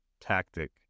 tactic